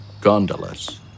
gondolas